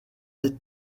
est